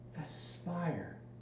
Aspire